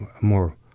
more